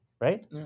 right